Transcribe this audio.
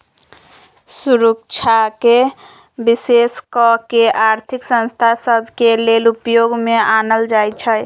सुरक्षाके विशेष कऽ के आर्थिक संस्था सभ के लेले उपयोग में आनल जाइ छइ